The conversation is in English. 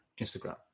Instagram